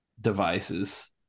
devices